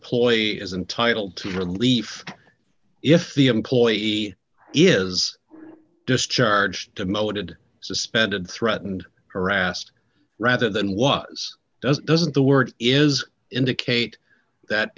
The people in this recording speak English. employee is entitled to relief if the employee is discharged demoted suspended threatened harassed rather than what does doesn't the word is indicate that